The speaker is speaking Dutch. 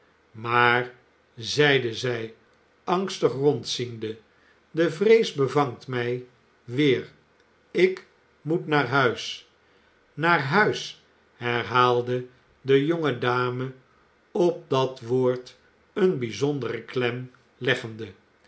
maar zeide zij angstig rondziende de vrees bevangt mij weer ik moet naar huis naar huis herhaalde de jonge dame op dat woord een bijzonderen klem leggende